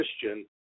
Christian